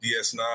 DS9